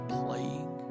playing